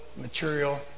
material